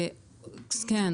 כן.